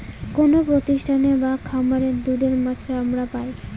কোনো প্রতিষ্ঠানে বা খামারে দুধের মাত্রা আমরা পাই